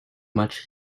much